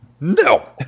no